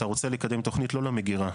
אתה רוצה לקדם תוכנית לא למגירה,